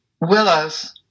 Willows